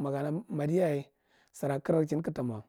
makana madiyaye sira kagu rakchin kagatamo.